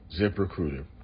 ZipRecruiter